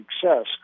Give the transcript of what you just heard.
success